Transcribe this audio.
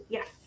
Yes